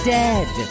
dead